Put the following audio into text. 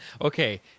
Okay